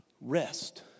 Rest